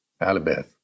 Alibeth